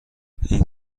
این